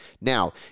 Now